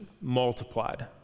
multiplied